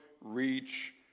reach